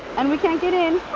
and we can't get in.